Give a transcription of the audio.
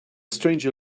stranger